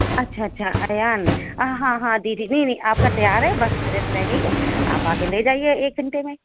اچھا اچھا ایان ہاں ہاں جی جی جی نہیں آپ کا تیار ہے بس پریس رہ گئی ہے آپ آ کے لے جائیے ایک گھنٹے میں